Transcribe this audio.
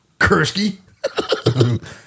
Kursky